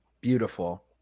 Beautiful